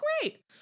great